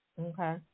Okay